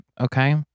Okay